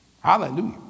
Hallelujah